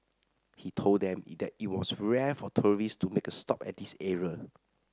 he told them it that it was rare for tourists to make a stop at this area